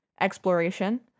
exploration